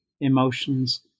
emotions